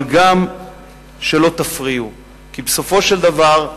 אבל שלא תפריעו, כי, בסופו של דבר,